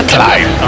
Climb